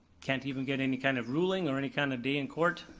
can't even get any kind of ruling or any kind of day in court.